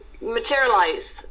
materialize